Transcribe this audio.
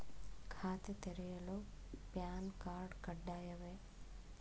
ಖಾತೆ ತೆರೆಯಲು PAN card ಕಡ್ಡಾಯವೇ?